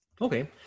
Okay